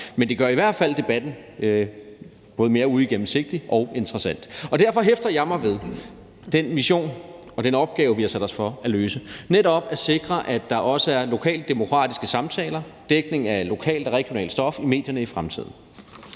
Men det gør i hvert fald debatten både mere uigennemsigtig og interessant. Derfor hæfter jeg mig ved den mission og den opgave, vi har sat os for at løse, nemlig at sikre, at der også lokalt er demokratiske samtaler og dækning af lokalt og regionalt stof i medierne i fremtiden.